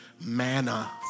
manna